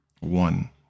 One